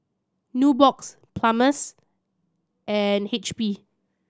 Nubox Palmer's and H P